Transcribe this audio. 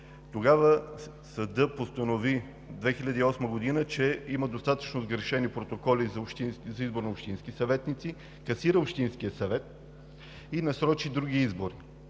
г., съдът постанови, че има достатъчно сгрешени протоколи за избор на общински съветници, касира общинския съвет и насрочи други избори,